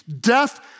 death